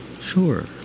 sure